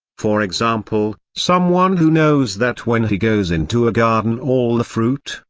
for example, someone who knows that when he goes into a garden all the fruit,